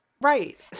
Right